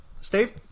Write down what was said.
Steve